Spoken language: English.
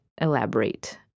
elaborate